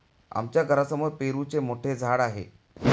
आमच्या घरासमोर पेरूचे मोठे झाड आहे